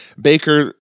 Baker